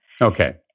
Okay